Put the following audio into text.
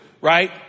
right